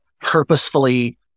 purposefully